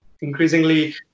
increasingly